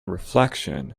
reflection